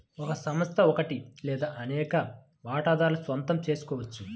ఒక సంస్థ ఒకటి లేదా అనేక వాటాదారుల సొంతం చేసుకోవచ్చు